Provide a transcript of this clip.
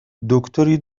دکتری